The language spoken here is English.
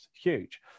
huge